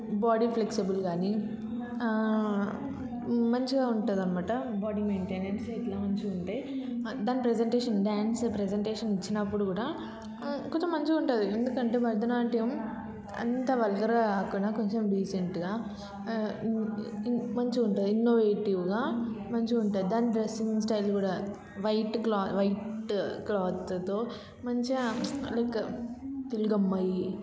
body flexible కానీ మంచిగా ఉంటుంది అన్నమాట బాడీ మెయింటెనెన్స్ ఇట్లా మంచిగా ఉంటాయి దాని ప్రసెంటేషన్ డ్యాన్స్ ప్రసెంటేషన్ ఇచ్చినప్పుడు కూడా కొంచెం మంచిగా ఉంటుంది ఎందుకంటే భరతనాట్యం అంతా వల్గర్గా కాకుండా కొంచెం డీసెంట్గా మంచిగా ఉంటుంది ఇన్నోవేటివ్గా మంచిగా ఉంటుంది దాని డ్రెస్సింగ్ స్టైల్ కూడా వైట్ క్లాత్ వైట్ క్లాత్తో మంచిగా లైక్ తెలుగు అమ్మాయి